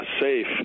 safe